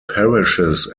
parishes